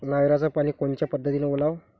नयराचं पानी कोनच्या पद्धतीनं ओलाव?